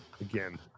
again